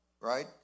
right